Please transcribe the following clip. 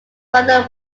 father